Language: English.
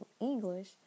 English